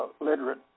literate